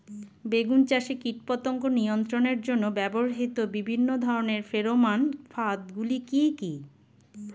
বেগুন চাষে কীটপতঙ্গ নিয়ন্ত্রণের জন্য ব্যবহৃত বিভিন্ন ধরনের ফেরোমান ফাঁদ গুলি কি কি?